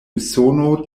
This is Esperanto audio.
usono